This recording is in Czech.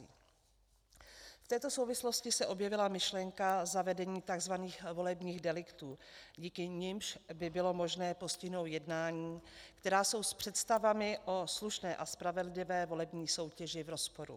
V této souvislosti se objevila myšlenka zavedení takzvaných volebních deliktů, díky nimž by bylo možné postihnout jednání, která jsou s představami o slušné a spravedlivé volební soutěži v rozporu.